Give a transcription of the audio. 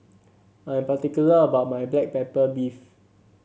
I am particular about my Black Pepper Beef